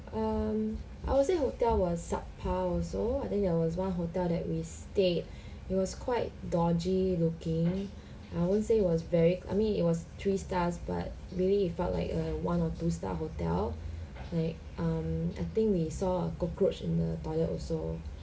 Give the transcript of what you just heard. um I would say hotel was subpar also I think there was one hotel that we stayed it was quite dodgy looking I won't say was very I mean it was three stars but really you felt like a one or two star hotel like um I think we saw a cockroach in the toilet also